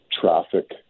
traffic